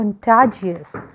contagious